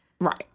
Right